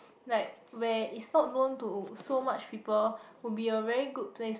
like where is not known to so much people would be a very good place